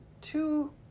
two